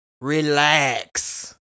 relax